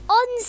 on